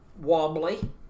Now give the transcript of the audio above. wobbly